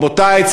רבותי,